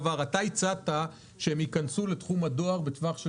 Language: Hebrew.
הצעת שהם ייכנסו לתחום הדפוס הכמותי בטווח של